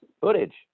footage